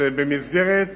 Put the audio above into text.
שבמסגרת